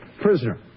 prisoner